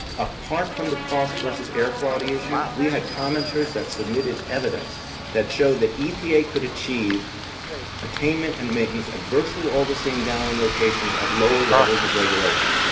apart from the cost versus air quality issue, we had commenters that submitted evidence that showed that epa could achieve attainment and maintenance at virtually all the same downwind locations at lower levels of regulation.